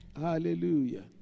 Hallelujah